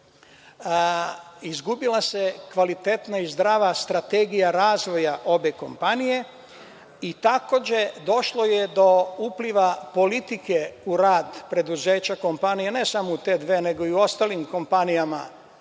izgubila kvalitetna i zdrava strategija razvoja obe kompanije. Takođe, došlo je do upliva politike u rad preduzeća, kompanije, ne samo u te dve, nego i u ostalim kompanijama